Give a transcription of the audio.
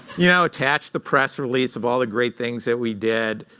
you know attached the press release of all the great things that we did.